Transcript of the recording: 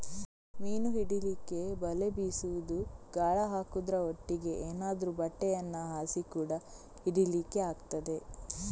ಮೀನು ಹಿಡೀಲಿಕ್ಕೆ ಬಲೆ ಬೀಸುದು, ಗಾಳ ಹಾಕುದ್ರ ಒಟ್ಟಿಗೆ ಏನಾದ್ರೂ ಬಟ್ಟೆಯನ್ನ ಹಾಸಿ ಕೂಡಾ ಹಿಡೀಲಿಕ್ಕೆ ಆಗ್ತದೆ